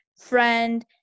friend